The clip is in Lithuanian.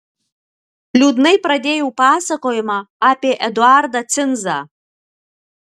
liūdnai pradėjau pasakojimą apie eduardą cinzą